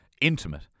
intimate